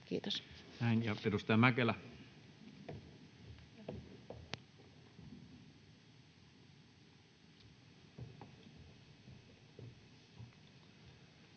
Kiitos.